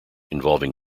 involving